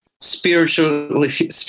spiritually